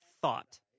thought